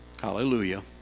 Hallelujah